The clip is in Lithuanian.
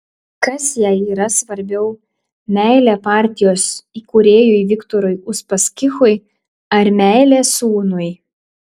kas jai yra svarbiau meilė partijos įkūrėjui viktorui uspaskichui ar meilė sūnui